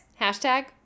Hashtag